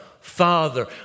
Father